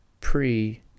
pre